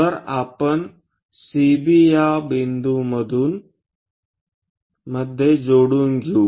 तर आपण CB या बिंदूमध्ये जोडून घेऊ